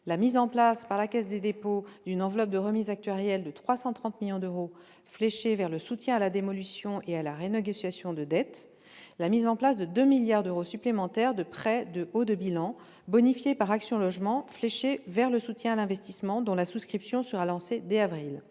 la mise en place par la Caisse des dépôts et consignations d'une enveloppe de remise actuarielle de 330 millions d'euros fléchée vers le soutien à la démolition et vers la renégociation de dette ; la mise en place de 2 milliards d'euros supplémentaires de prêts de haut de bilan bonifiés par Action Logement fléchés vers le soutien à l'investissement, dont la souscription sera lancée dès avril